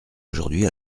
aujourd’hui